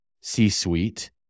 C-suite